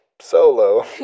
Solo